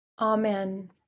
Amen